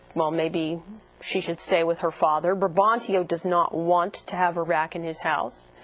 well maybe she should stay with her father. brabantio does not want to have her back in his house,